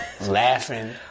laughing